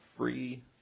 Free